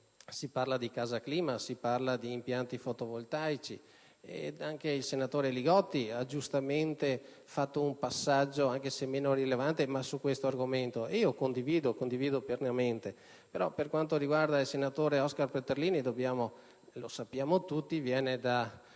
si parla di CasaClima e di impianti fotovoltaici. Anche il senatore Li Gotti ha giustamente fatto un passaggio, anche se meno rilevante, su questo argomento. Condivido pienamente, però, per quanto riguarda il senatore Oskar Peterlini (come sappiamo tutti), egli viene da